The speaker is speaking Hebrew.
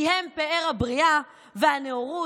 כי הם פאר הבריאה והנאורות,